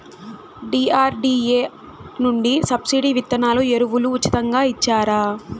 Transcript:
DRDA నుండి subsidy విత్తనాలు ఎరువులు ఉచితంగా ఇచ్చారా?